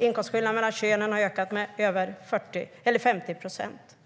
Inkomstskillnaderna mellan könen har ökat med över 50 procent.